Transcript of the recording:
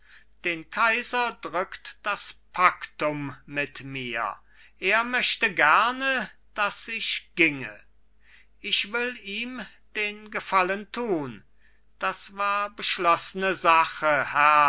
den kaiser drückt das paktum mit mir er möchte gerne daß ich ginge ich will ihm den gefallen tun das war beschloßne sache